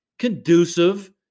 conducive